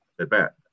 at-bat